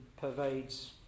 pervades